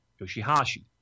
Yoshihashi